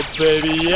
baby